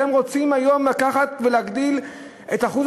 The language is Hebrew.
ואתם רוצים היום לקחת ולהגדיל את אחוז